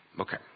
Okay